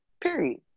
Period